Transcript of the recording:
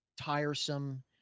tiresome